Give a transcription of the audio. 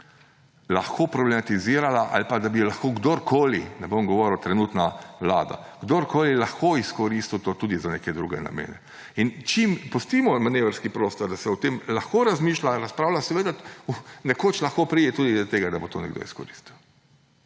lahko problematizirala ali pa da bi lahko kdorkoli, ne bom govoril – trenutna vlada, kdorkoli lahko to izkoristil tudi za neke druge namene. In čim pustimo manevrski prostor, da se o tem lahko razmišlja ali razpravlja, seveda nekoč lahko pride tudi do tega, da bo to nekdo izkoristil.